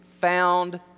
found